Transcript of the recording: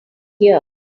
here